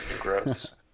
gross